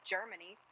Germany